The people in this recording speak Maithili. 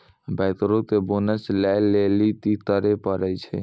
बैंकरो के बोनस लै लेली कि करै पड़ै छै?